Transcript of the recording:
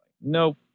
Nope